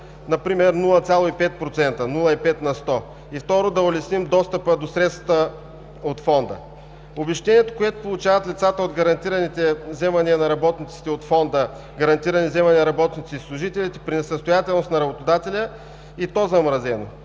например 0,5%? Второ, да улесним достъпа до средствата от Фонда? Обезщетението, което получават лицата от гарантираните вземания на работниците от Фонда „Гарантирани вземания на работниците и служителите“ при несъстоятелност на работодателя и то замразено.